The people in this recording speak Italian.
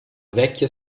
vecchia